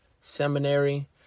seminary